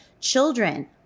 children